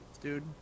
dude